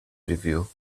review